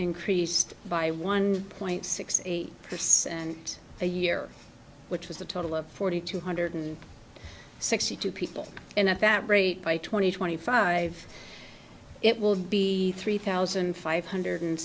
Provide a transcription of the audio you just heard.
increased by one point six eight percent and a year which was a total of forty two hundred and sixty two people and at that rate by twenty twenty five it will be three thousand five hundred